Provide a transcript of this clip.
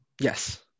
Yes